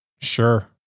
Sure